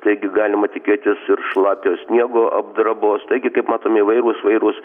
taigi galima tikėtis ir šlapio sniego apdrabos taigi kaip matom įvairūs įvairūs